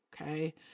Okay